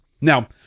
now